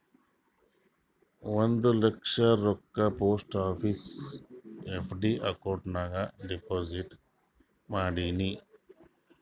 ಒಂದ್ ಲಕ್ಷ ರೊಕ್ಕಾ post ಆಫೀಸ್ದು FD account ನಾಗ್ deposit ಮಾಡಿನ್